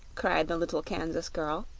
cried the little kansas girl.